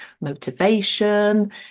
motivation